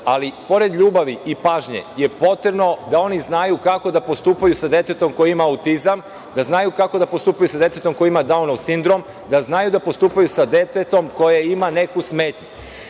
ali pored ljubavi i pažnje je potrebno da oni znaju kako da postupaju sa detetom koje ima autizam, da znaju kako da postupaju sa detetom koje ima Daunov sindrom, da znaju da postupaju sa detetom koje ima neku smetnju.